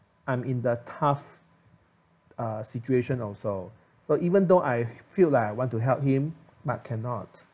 I'm in the tough uh situation also so even though I feel like I want to help him but cannot